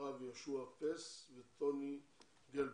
הרב יהושע פס וטוני גלבר.